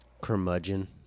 curmudgeon